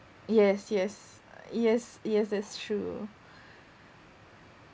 yes yes err yes yes that's true